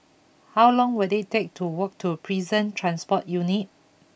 how long will it take to walk to Prison Transport Unit